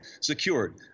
secured